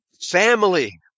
family